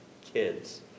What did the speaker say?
kids